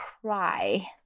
cry